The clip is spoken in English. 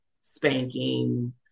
spanking